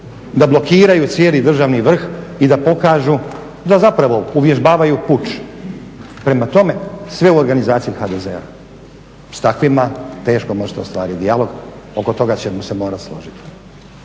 Da blokiraju cijeli državni vrh i da pokažu da zapravo uvježbavaju puč. Prema tome, sve je u organizaciji HDZ-a. Sa takvim teško možete ostvariti dijalog, oko toga ćemo se morati složiti.